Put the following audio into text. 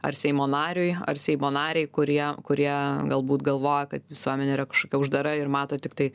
ar seimo nariui ar seimo narei kurie kurie galbūt galvoja kad visuomenė yra kažkokia uždara ir mato tiktai